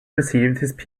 received